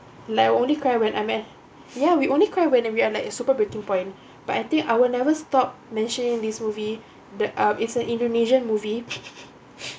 like I only cry when I met ya we only cry whenever we are like super breaking point but I think I will never stop mentioning this movie the up it's an indonesian movie